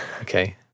Okay